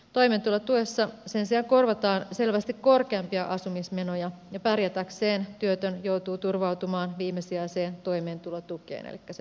toimeentulotuessa sen sijaan korvataan selvästi korkeampia asumismenoja ja pärjätäkseen työtön joutuu turvautumaan viimesijaiseen toimeentulotukeen elikkä sen asumislisään